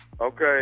Okay